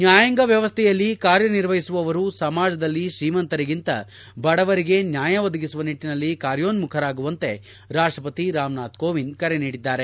ನ್ಯಾಯಾಂಗ ವ್ಯವಸ್ಥೆಯಲ್ಲಿ ಕಾರ್ಯ ನಿರ್ವಹಿಸುವವರು ಸಮಾಜದಲ್ಲಿ ಶ್ರೀಮಂತರಿಗಿಂತ ಬಡವರಿಗೆ ನ್ಯಾಯ ಒದಗಿಸುವ ನಿಟ್ಟನಲ್ಲಿ ಕಾರ್ಯೋನ್ಮಖರಾಗುವಂತೆ ರಾಪ್ಷಪತಿ ರಾಮನಾಥ್ ಕೋವಿಂದ್ ಕರೆ ನೀಡಿದ್ದಾರೆ